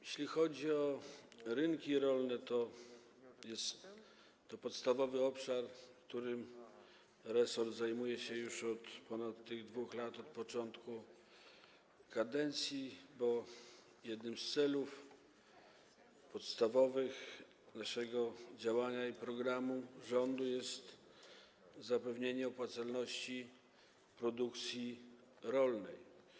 Jeśli chodzi o rynki rolne, to jest to podstawowy obszar, którym resort zajmuje się już od ponad 2 lat, od początku kadencji, bo jednym z podstawowych celów naszego działania i programu rządu jest zapewnienie opłacalności produkcji rolnej.